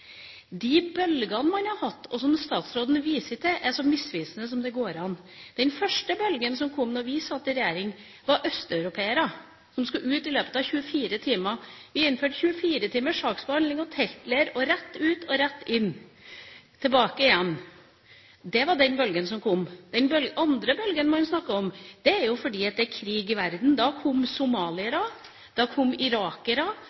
De bølgene man har hatt, og som statsråden viste til, er så misvisende som det går an. Den første bølgen som kom da vi satt i regjering, var østeuropeere, som skulle ut i løpet av 24 timer. Vi innførte 24 timers saksbehandling og teltleir og rett ut og tilbake igjen. Det var den bølgen som kom. Den andre bølgen man snakker om, er fordi det er krig i verden. Da kom